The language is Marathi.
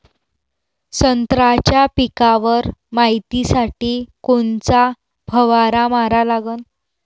संत्र्याच्या पिकावर मायतीसाठी कोनचा फवारा मारा लागन?